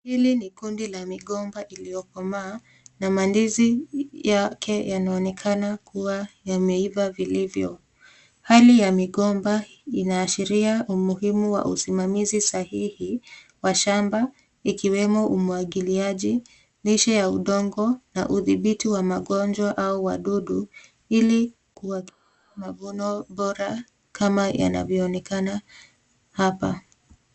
Hili ni kundi la migomba iliyokomaa, na ndizi yake yanaonekana kuwa yameiva vilivyo. Hali ya migomba inaashiria umuhimu wa usimamizi sahihi wa shamba, ikiwemo umwagiliaji, lishe ya udongo na udhibiti wa magonjwa au wadudu ili kuhaki mavuno bora kama yanavyoonekana hapa.